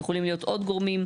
יכולים להיות עוד גרומים.